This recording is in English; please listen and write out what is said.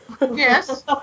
Yes